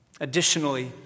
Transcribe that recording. Additionally